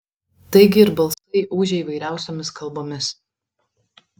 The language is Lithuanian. taigi ir balsai ūžė įvairiausiomis kalbomis